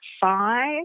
five